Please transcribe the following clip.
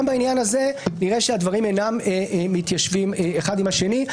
גם בעניין הזה נראה שהדברים אינם מתיישבים אחד עם השני.